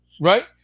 right